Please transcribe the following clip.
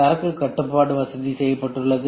சரக்குக் கட்டுப்பாடு வசதி செய்யப்பட்டுள்ளது